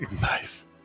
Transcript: Nice